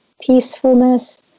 peacefulness